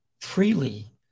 freely